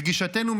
לגישתנו,